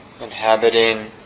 inhabiting